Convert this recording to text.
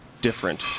different